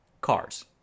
cars